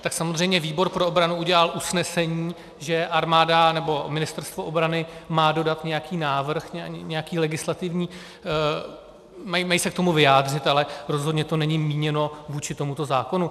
Tak samozřejmě výbor pro obranu udělal usnesení, že armáda nebo Ministerstvo obrany má dodat nějaký návrh, nějaký legislativní... mají se k tomu vyjádřit, ale rozhodně to není míněno vůči tomuto zákonu.